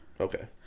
Okay